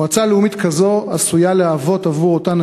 מועצה לאומית כזו עשויה להוות עבור אותן